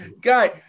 guy